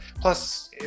plus